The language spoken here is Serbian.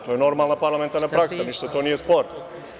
To je normalna parlamentarna praksa, ništa to nije sporno.